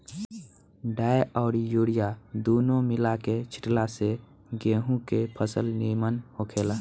डाई अउरी यूरिया दूनो मिला के छिटला से गेंहू के फसल निमन होखेला